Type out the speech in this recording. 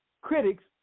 critics